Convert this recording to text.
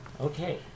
Okay